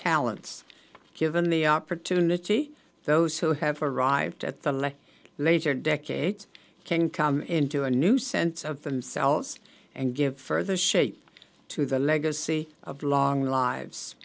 talents given the opportunity those who have arrived at the like later decades can come into a new sense of themselves and give further shape to the legacy of long lives